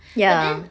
ya